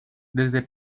desde